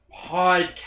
podcast